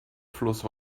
fluss